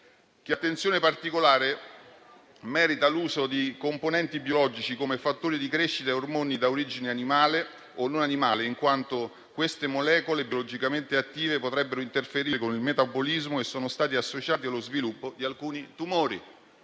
che attenzione particolare merita l'uso di componenti biologici come fattori di crescita e ormoni da origine animale o non animale, in quanto queste molecole biologicamente attive potrebbero interferire con il metabolismo e sono state associate allo sviluppo di alcuni tumori.